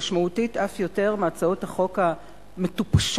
משמעותית אף יותר מהצעות החוק המטופשות